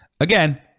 Again